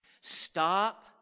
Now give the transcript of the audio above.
Stop